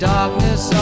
Darkness